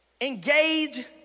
Engage